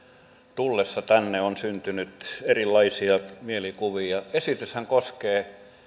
tullessa tänne on syntynyt erilaisia mielikuvia esityshän koskee